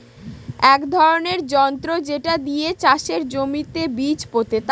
এক ধরনের যন্ত্র যেটা দিয়ে চাষের জমিতে বীজ পোতে